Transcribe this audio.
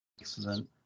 excellent